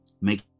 Make